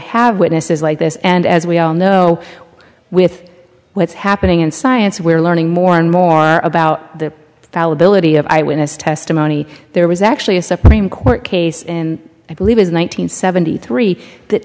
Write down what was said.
have witnesses like this and as we all know with what's happening in science we're learning more and more about the fallibility of eyewitness testimony there was actually a supreme court case in i believe is the one nine hundred seventy three that